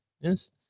Yes